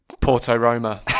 Porto-Roma